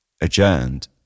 adjourned